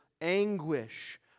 anguish